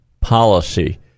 policy